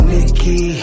Nikki